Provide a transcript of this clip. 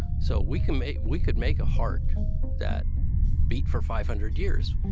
so we can make we could make a heart that beat for five hundred years.